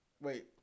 Wait